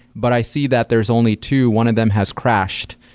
but i see that there's only two. one of them has crashed.